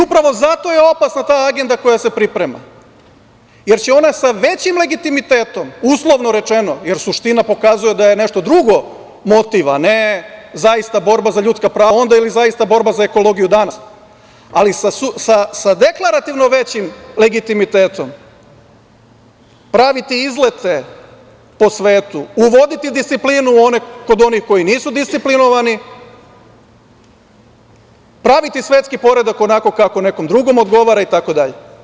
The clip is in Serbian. Upravo zato je opasna ta agenda koja se priprema, jer će ona sa većim legitimitetom, uslovno rečeno, jer suština pokazuje da je nešto drugo motiv, a ne zaista borba za ljudska prava onda ili zaista borba za ekologiju danas, ali sa deklarativno većim legitimitetom praviti izlete po svetu, uvoditi disciplinu kod onih koji nisu disciplinovani, praviti svetski poredak onako kako nekom drugom odgovara, itd.